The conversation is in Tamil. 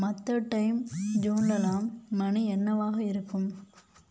மற்ற டைம் ஜோன்லெலாம் மணி என்னவாக இருக்கும்